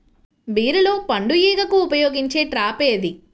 బీరలో పండు ఈగకు ఉపయోగించే ట్రాప్ ఏది?